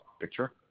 picture